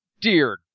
dear